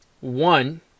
One